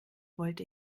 wollte